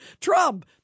Trump